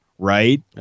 Right